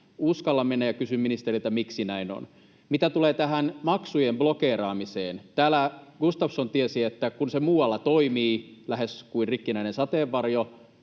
uskalla mennä, ja kysyn ministeriltä: miksi näin on? Mitä tulee tähän maksujen blokeeraamiseen, täällä Gustafsson tiesi, että se muualla toimii lähes kuin rikkinäinen sateenvarjo.